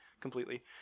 completely